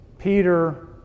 Peter